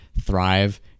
thrive